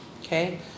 Okay